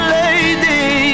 lady